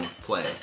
play